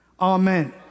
Amen